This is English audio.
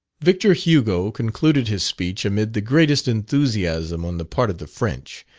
victor hugo concluded his speech amid the greatest enthusiasm on the part of the french,